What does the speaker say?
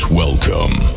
welcome